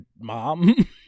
mom